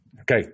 Okay